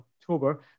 October